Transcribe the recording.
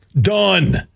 Done